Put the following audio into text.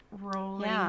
rolling